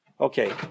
Okay